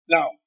Now